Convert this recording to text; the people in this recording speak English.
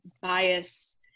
bias